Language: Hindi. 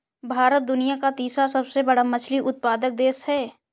भारत दुनिया का तीसरा सबसे बड़ा मछली उत्पादक देश है